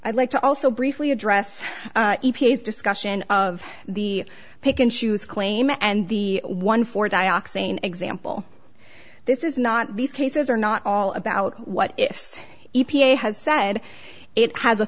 i'd like to also briefly address e p a s discussion of the pick and choose claim and the one for dioxin example this is not these cases are not all about what ifs e p a has said it has a